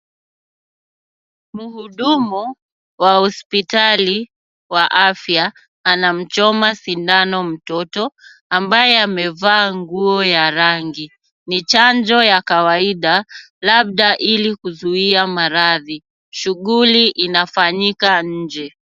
Mhudumu wa hospitali wa afya anamchoma sindano mtoto, ambaye amevaa nguo ya rangi, ni chanjo ya kawaida labda ili kuzuia maradhi, shughuli inafanyika nje.